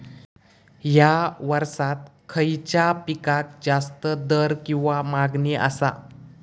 हया वर्सात खइच्या पिकाक जास्त दर किंवा मागणी आसा?